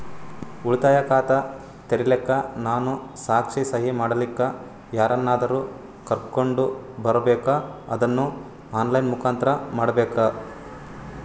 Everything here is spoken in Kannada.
ಉಳಿತಾಯ ಖಾತ ತೆರಿಲಿಕ್ಕಾ ನಾನು ಸಾಕ್ಷಿ, ಸಹಿ ಮಾಡಲಿಕ್ಕ ಯಾರನ್ನಾದರೂ ಕರೋಕೊಂಡ್ ಬರಬೇಕಾ ಅದನ್ನು ಆನ್ ಲೈನ್ ಮುಖಾಂತ್ರ ಮಾಡಬೇಕ್ರಾ?